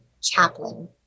chaplain